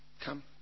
come